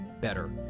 better